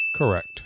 Correct